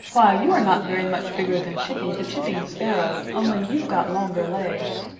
why, you are not very much bigger than chippy the chipping sparrow, only you've got longer legs.